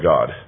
God